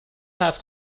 have